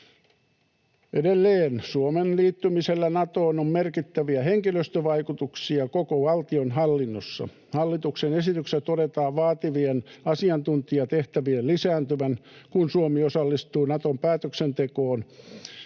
Edelleen Suomen liittymisellä Natoon on merkittäviä henkilöstövaikutuksia koko valtionhallinnossa. Hallituksen esityksessä todetaan vaativien asiantuntijatehtävien lisääntyvän, kun Suomi osallistuu Naton päätöksentekoon